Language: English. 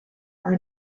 are